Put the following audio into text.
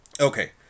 okay